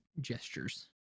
gestures